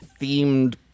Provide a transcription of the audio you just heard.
themed